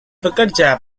bekerja